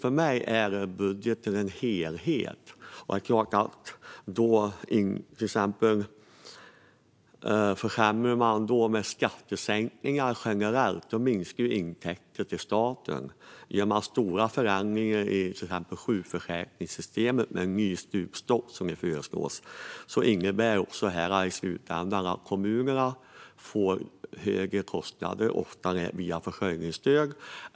För mig är budgeten en helhet, och försämrar man då genom generella skattesänkningar minskar statens intäkter. Gör man stora förändringar i exempelvis sjukförsäkringssystemet med en ny stupstock innebär det i slutänden att kommunerna får högre kostnader, ofta via försörjningsstöd.